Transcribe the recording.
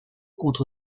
contre